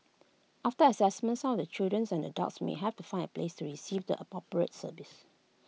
after Assessment some of the children's and adults may have to find A place to receive the appropriate service